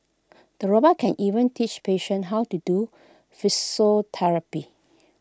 the robot can even teach patients how to do physiotherapy